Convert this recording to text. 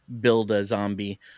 Build-A-Zombie